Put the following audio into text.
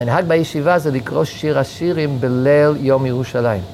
המנהג בישיבה זה לקרוא שיר השירים בליל יום ירושלים.